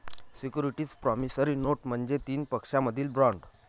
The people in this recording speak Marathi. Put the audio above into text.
सिक्युरिटीज प्रॉमिसरी नोट म्हणजे तीन पक्षांमधील बॉण्ड